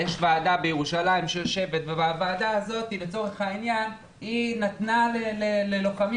יש ועדה בירושלים שיושבת והוועדה הזאת לצורך העניין נתנה ללוחמים